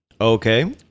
Okay